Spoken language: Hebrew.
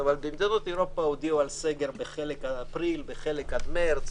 מדינות אירופה הודיעו על סגר בחלק עד אפריל ובחלק עד מרץ